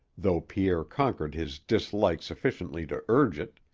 though pierre conquered his dislike sufficiently to urge it,